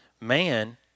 man